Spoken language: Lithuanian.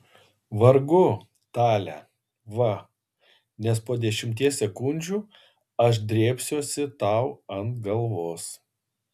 vargu tale va nes po dešimties sekundžių aš drėbsiuosi tau ant galvos